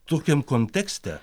tokiam kontekste